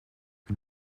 que